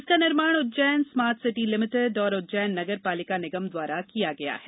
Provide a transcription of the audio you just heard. इसका निर्माण Ujjain smart city limited और उज्जैन नगर पालिक निगम द्वारा किया गया है